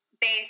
base